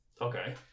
Okay